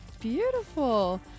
beautiful